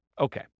Okay